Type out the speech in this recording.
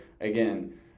again